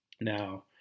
now